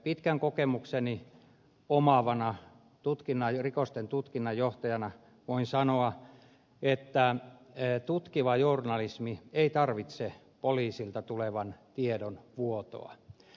pitkän kokemuksen omaavana rikosten tutkinnanjohtajana voin sanoa että tutkiva journalismi ei tarvitse poliisilta tulevan tiedon vuotoa